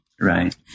Right